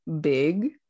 big